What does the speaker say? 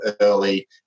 early